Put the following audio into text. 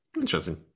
Interesting